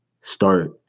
start